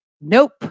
Nope